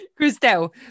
Christelle